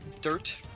dirt